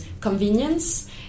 convenience